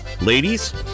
ladies